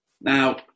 Now